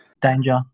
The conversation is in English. Danger